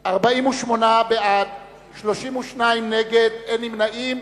בעד, 48, נגד, 32, ואין נמנעים.